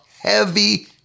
heavy